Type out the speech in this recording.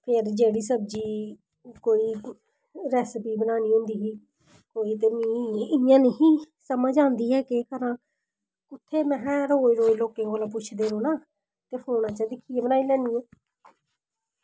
फिर जो बी सब्जी कोई रेसिपी बनानी होंदी ही ते इ'यां नेईं ही समझ आंदी की केह् करांऽ कुत्थें महां रोज रोज लोकें कोला पुच्छदे रौह्ना ते फोनै च दिक्खियै बनाई लैनी आं